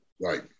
Right